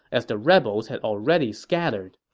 as the rebels had already scattered.